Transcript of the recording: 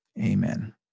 Amen